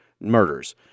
murders